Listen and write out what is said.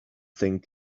thing